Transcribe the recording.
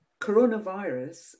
coronavirus